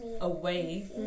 away